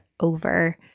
over